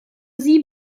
sie